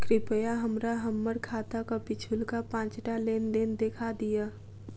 कृपया हमरा हम्मर खाताक पिछुलका पाँचटा लेन देन देखा दियऽ